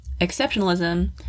exceptionalism